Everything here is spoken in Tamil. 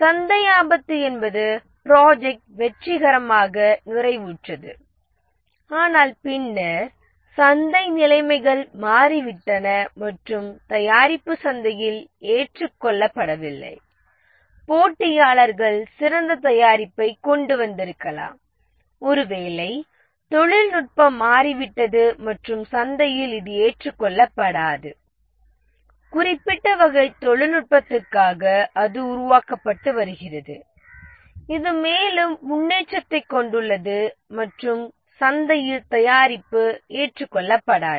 சந்தை ஆபத்து என்பது ப்ராஜெக்ட் வெற்றிகரமாக நிறைவுற்றது ஆனால் பின்னர் சந்தை நிலைமைகள் மாறிவிட்டன மற்றும் தயாரிப்பு சந்தையில் ஏற்றுக்கொள்ளப்படவில்லை போட்டியாளர்கள் சிறந்த தயாரிப்பைக் கொண்டு வந்திருக்கலாம் ஒருவேளை தொழில்நுட்பம் மாறிவிட்டது மற்றும் சந்தையில் இது ஏற்றுக்கொள்ளப்படாது குறிப்பிட்ட வகை தொழில்நுட்பத்திற்காக அது உருவாக்கப்பட்டு வருகிறது இது மேலும் முன்னேற்றத்தைக் கொண்டுள்ளது மற்றும் சந்தையில் தயாரிப்பு ஏற்றுக்கொள்ளப்படாது